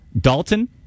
Dalton